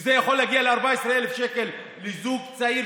שזה יכול להגיע ל-14,000 שקל לזוג צעיר,